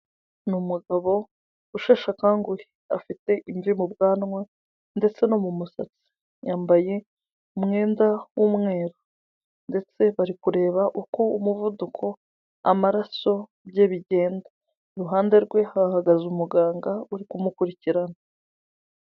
Ni umugabo usheshe akanguhe, afite imvi mu bwanwa, ndetse no mu musatsi, yambaye umwenda w'umweru, ndetse bari kureba uko umuvuduko, amaraso, bye bigenda, iruhande rwe hahagaze umuganga uri kumukurikirana.